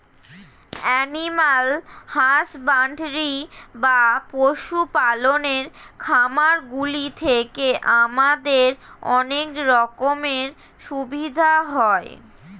animal husbandry বা পশু পালনের খামারগুলি থেকে আমাদের অনেক রকমের সুবিধা হয়